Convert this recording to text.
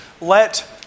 Let